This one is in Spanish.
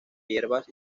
hierbas